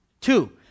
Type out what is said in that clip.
Two